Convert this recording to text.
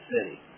City